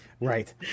Right